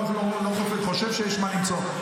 לא חושב שיש מה למצוא.